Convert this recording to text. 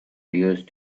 used